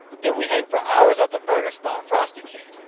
then we hang for hours at the burger spot, frosty king.